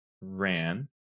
ran